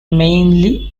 mainly